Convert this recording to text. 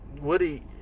Woody